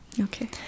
Okay